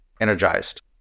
energized